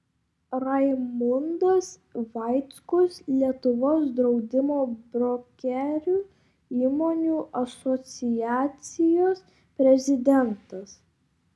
raimundas vaickus lietuvos draudimo brokerių įmonių asociacijos prezidentas